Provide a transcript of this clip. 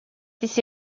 this